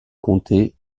comté